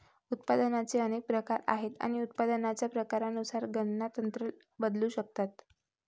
उत्पादनाचे अनेक प्रकार आहेत आणि उत्पादनाच्या प्रकारानुसार गणना तंत्र बदलू शकतात